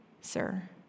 sir